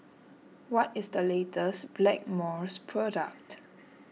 what is the latest Blackmores product